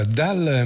dal